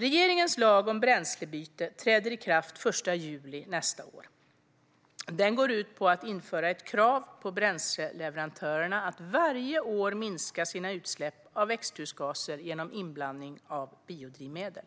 Regeringens lag om bränslebyte träder i kraft den 1 juli nästa år. Den går ut på att införa ett krav på bränsleleverantörer att varje år minska sina utsläpp av växthusgaser genom inblandning av biodrivmedel.